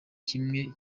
kimwe